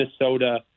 minnesota